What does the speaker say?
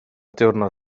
diwrnod